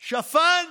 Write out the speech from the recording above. שפן.